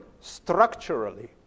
structurally